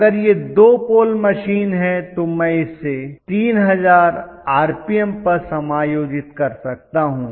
अगर यह 2 pole machine है तो मैं इसे 3000 आरपीएम पर समायोजित कर सकता हूं